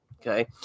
Okay